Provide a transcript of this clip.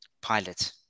pilot